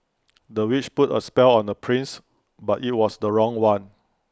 the witch put A spell on the prince but IT was the wrong one